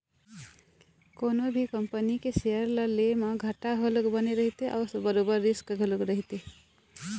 कोनो भी कंपनी के सेयर ल ले म घाटा घलोक बने रहिथे अउ बरोबर रिस्क घलोक रहिथे